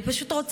אני פשוט רוצה,